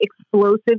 explosive